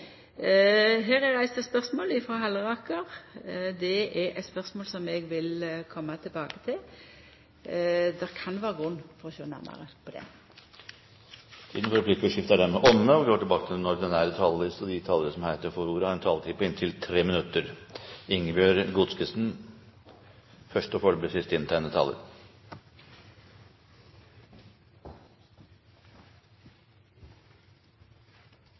det er eit spørsmål eg vil koma tilbake til. Det kan vera grunn til å sjå nærare på det. Replikkordskiftet er omme. De talere som heretter får ordet, har en taletid på inntil 3 minutter. Sett med en sosialists øyne, ja med Høyres og